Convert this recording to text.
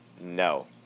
no